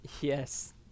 Yes